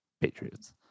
patriots